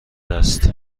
است